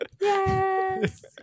Yes